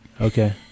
okay